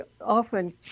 often